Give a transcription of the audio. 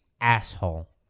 Asshole